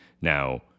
Now